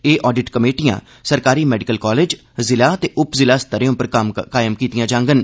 एह् आडिट कमेटियां सरकारी मैडिकल कालेज जिला ते उप जिला स्तरें पर कायम कीतीआं जाङन